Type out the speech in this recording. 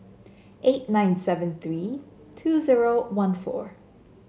eight nine seven three two zero one four